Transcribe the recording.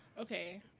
Okay